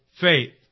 faith